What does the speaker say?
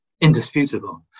indisputable